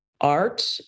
art